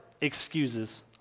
excuses